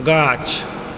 गाछ